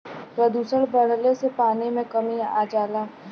प्रदुषण बढ़ले से पानी में कमी आ जाला